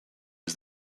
was